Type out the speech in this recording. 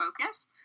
focus